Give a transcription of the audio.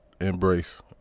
embrace